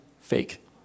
fake